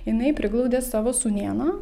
jinai priglaudė savo sūnėną